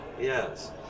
Yes